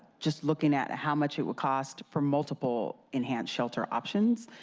just looking at how much it will cost for multiple enhanced shelter options.